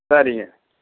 சரிங்க